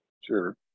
sure